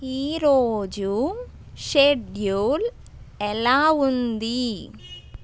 ఈ రోజు షెడ్యూల్ ఎలా ఉంది